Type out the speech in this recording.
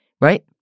right